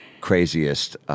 craziest